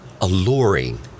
alluring